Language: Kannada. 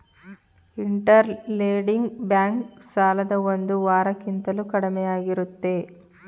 ಇಂಟರ್ ಲೆಂಡಿಂಗ್ ಬ್ಯಾಂಕ್ ಸಾಲದ ಒಂದು ವಾರ ಕಿಂತಲೂ ಕಡಿಮೆಯಾಗಿರುತ್ತದೆ